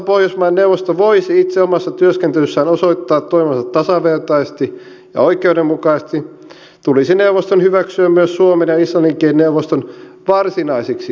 jotta pohjoismaiden neuvosto voisi itse omassa työskentelyssään osoittaa toimivansa tasavertaisesti ja oikeudenmukaisesti tulisi neuvoston hyväksyä myös suomen ja islannin kieli neuvoston varsinaisiksi työkieliksi